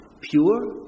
pure